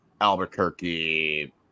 Albuquerque